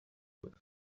what